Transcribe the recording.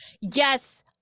Yes